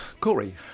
Corey